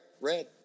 red